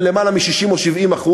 ביותר מ-60% או 70%,